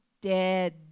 dead